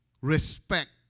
respect